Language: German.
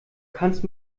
kannst